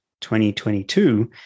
2022